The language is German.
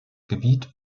gebiet